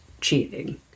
cheating